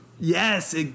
Yes